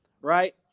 right